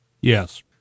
Yes